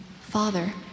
Father